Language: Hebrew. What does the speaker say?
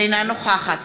אינה נוכחת